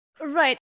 Right